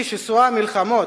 אי שסוע מלחמות,